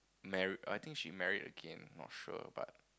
married I think she married again not sure but